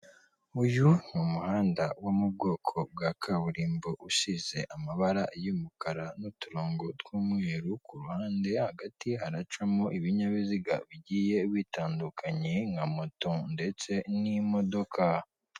Uyu ni umuhanda wo mu bwoko bwa kaburimbo usize amabara y'umukara n'uturongo tw'umweru, ku ruhande hagati haranacamo ibinyabiziga bigiye bitandukanye nka moto ndetse n'imodoka.